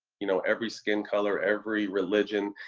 you know, every skin color, every religion,